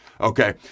Okay